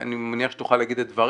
ואני מניח שהיא תוכל להגיד את דבריה.